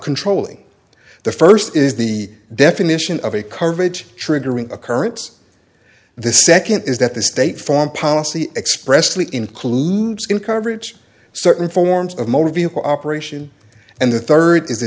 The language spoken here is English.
controlling the first is the definition of a coverage triggering occurrence the second is that the state farm policy expressly includes in coverage certain forms of motor vehicle operation and the third